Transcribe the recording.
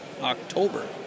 October